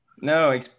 No